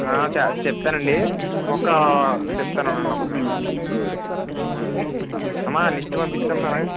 చ చెప్తాను అండి ఒక చెప్తాను ఉండండి ఒక నిమిషం అమ్మ లిస్టు పంపించమ్మ